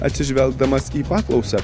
atsižvelgdamas į paklausą